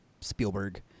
Spielberg